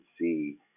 see